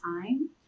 time